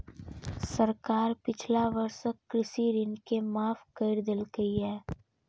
सरकार पिछला वर्षक कृषि ऋण के माफ कैर देलकैए